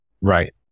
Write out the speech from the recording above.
Right